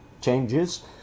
changes